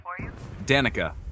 Danica